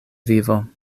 vivo